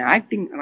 Acting